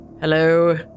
Hello